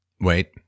wait